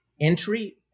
entry